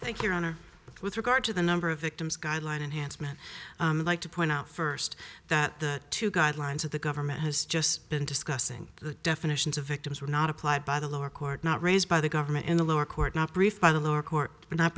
thank your honor with regard to the number of victims guideline and handsome and like to point out first that the two guidelines that the government has just been discussing the definitions of victims were not applied by the lower court not raised by the government in the lower court not